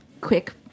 quick